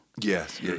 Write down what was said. Yes